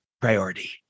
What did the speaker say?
priority